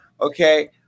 okay